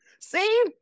See